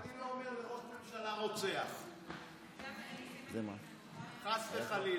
אני גם לא אומר לראש ממשלה "רוצח", חס וחלילה.